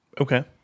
Okay